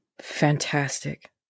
Fantastic